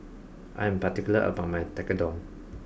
I am particular about my Tekkadon